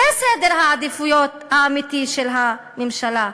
זה סדר העדיפויות האמיתי של הממשלה.